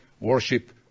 Worship